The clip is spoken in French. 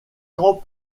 camp